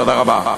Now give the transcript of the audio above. תודה רבה.